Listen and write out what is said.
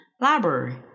Library